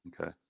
Okay